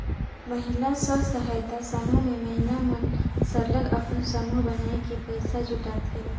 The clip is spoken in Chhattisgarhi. महिला स्व सहायता समूह में महिला मन सरलग अपन समूह बनाए के पइसा जुटाथें